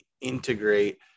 integrate